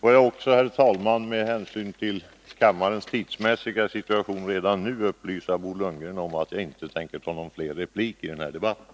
Får jag också, herr talman, med hänsyn till kammarens tidsmässiga situation, redan nu upplysa Bo Lundgren om att jag inte tänker gå upp i någon mer replik i den här debatten.